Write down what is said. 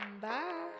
bye